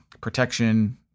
protection